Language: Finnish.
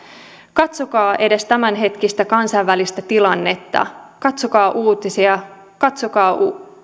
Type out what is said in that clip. katsokaa edes tämänhetkistä kansainvälistä tilannetta katsokaa uutisia katsokaa